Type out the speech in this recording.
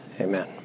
Amen